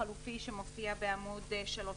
החלופי שמופיע בעמוד 3 למעלה.